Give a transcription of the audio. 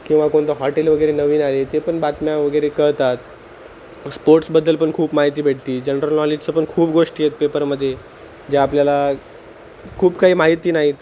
किंवा कोणतं हॉटेल वगैरे नवीन आले ते पण बातम्या वगैरे कळतात स्पोर्ट्सबद्दल पण खूप माहिती भेटते जनरल नॉलेजचं पण खूप गोष्टी आहेत पेपरमध्ये ज्या आपल्याला खूप काही माहिती नाही आहेत